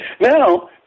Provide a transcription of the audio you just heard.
Now